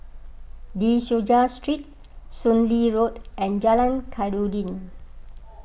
De Souza Street Soon Lee Road and Jalan Khairuddin